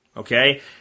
Okay